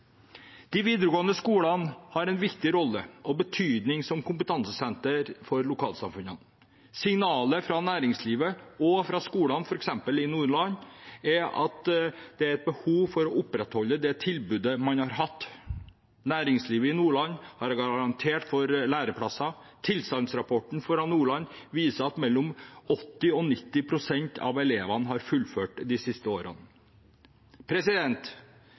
De videregående skolene har en viktig rolle og betydning som kompetansesenter for lokalsamfunnene. Signalet fra næringslivet og fra skolene, f.eks. i Nordland, er at det er et behov for å opprettholde det tilbudet man har. Næringslivet i Nordland har garantert for læreplasser. Tilstandsrapporten for Nordland viser at mellom 80 og 90 pst. av elevene har fullført de siste årene.